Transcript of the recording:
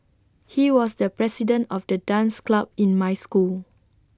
he was the president of the dance club in my school